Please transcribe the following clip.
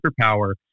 superpower